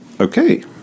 Okay